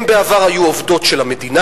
בעבר הן היו עובדות של המדינה.